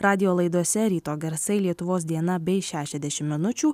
radijo laidose ryto garsai lietuvos diena bei šešiasdešim minučių